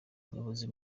umuyobozi